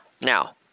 Now